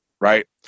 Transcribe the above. right